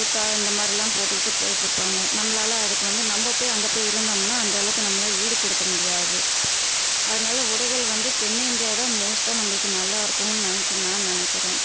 குர்தா இந்த மாதிரி எல்லாம் போட்டுக்கிட்டு போயிட்டுருப்பாங்க நம்பளால அதுக்கு வந்து நம்ப போய் அங்கே போய் இருந்தோம்னா அந்த அளவுக்கு நம்பளால ஈடு கொடுக்க முடியாது அதனால் உடைகள் வந்து தென் இந்தியா தான் மோஸ்ட்டாக நம்பளுக்கு நல்லா இருக்கும் நினைக்க நான் நினைக்கறேன்